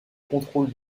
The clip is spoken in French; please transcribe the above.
contrôle